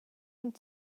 cun